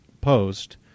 post